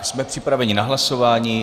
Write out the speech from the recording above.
Jsme připraveni na hlasování.